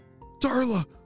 Darla